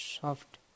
soft